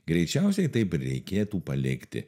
greičiausiai taip ir reikėtų palikti